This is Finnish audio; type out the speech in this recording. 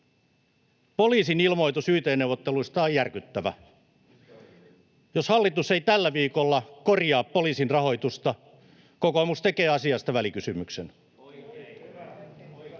Poliisin ilmoitus yt-neuvotteluista on järkyttävä. [Oikealta: Historiallinen!] Jos hallitus ei tällä viikolla korjaa poliisin rahoitusta, kokoomus tekee asiasta välikysymyksen.